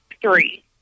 Three